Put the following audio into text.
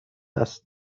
است